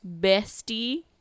bestie